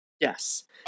yes